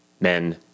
men